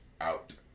out